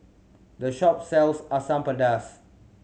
the shop sells Asam Pedas